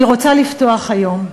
אני רוצה לפתוח היום,